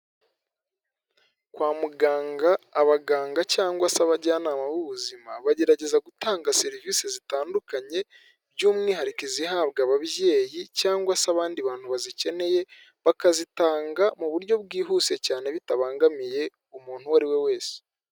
Kwa muganga, abaganga cyangwa se abajyanama b'ubuzima bagerageza gutanga serivise zitandukanye, by'umwihariko izihabwa ababyeyi, cyangwa se abandi bantu bazikeneye, bakazitanga mu buryo bwihuse cyane, bitabangamiye umuntu uwo ari we wese.